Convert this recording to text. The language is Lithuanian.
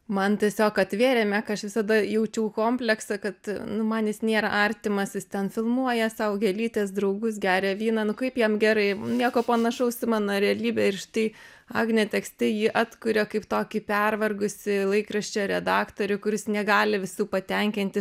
man tiesiog atvėrė meką aš visada jaučiau kompleksą kad nu man jis nėra artimas jis ten filmuoja sau gėlytes draugus geria vyną nu kaip jam gerai nieko panašaus į mano realybę ir štai agnė tekste jį atkuria kaip tokį pervargusį laikraščio redaktorių kuris negali visų patenkinti